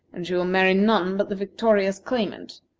and she will marry none but the victorious claimant.